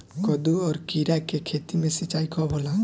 कदु और किरा के खेती में सिंचाई कब होला?